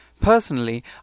Personally